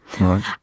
Right